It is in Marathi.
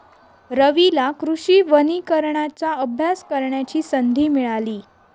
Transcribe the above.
रवीला कृषी वनीकरणाचा अभ्यास करण्याची संधी मिळाली